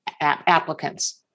applicants